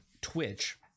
Twitch